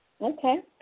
Okay